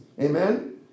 Amen